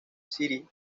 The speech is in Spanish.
city